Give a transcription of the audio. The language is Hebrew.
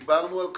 דיברנו על כך.